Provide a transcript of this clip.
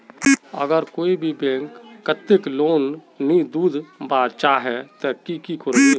अगर कोई भी बैंक कतेक लोन नी दूध बा चाँ जाहा ते ती की करबो?